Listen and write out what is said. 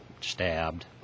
stabbed